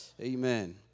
Amen